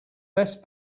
best